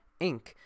Inc